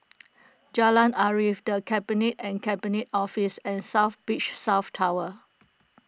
Jalan Arif the Cabinet and Cabinet Office and South Beach South Tower